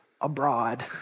abroad